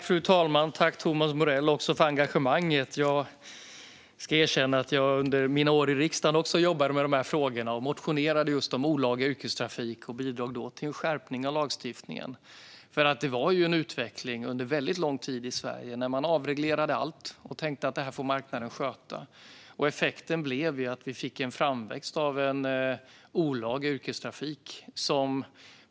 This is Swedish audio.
Fru talman! Tack, Thomas Morell, för engagemanget! Jag ska erkänna att jag under mina år i riksdagen också jobbade med dessa frågor och motionerade just om olaga yrkestrafik och bidrog då till en skärpning av lagstiftningen. Det var en utveckling under en väldigt lång tid i Sverige när man avreglerade allt och tänkte: Detta får marknaden sköta. Effekten blev att vi fick en framväxt av olaga yrkestrafik.